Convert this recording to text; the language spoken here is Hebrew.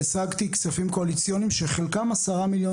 והשגתי כספים קואליציוניים שחלקם 10 מיליון